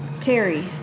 Terry